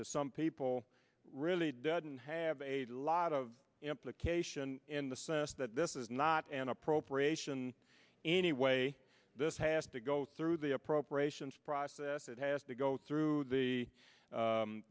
to some people really doesn't have a lot of implication in the sense that this is not an appropriation anyway this has to go through the appropriations process it has to go through the